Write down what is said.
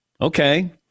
Okay